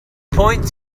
point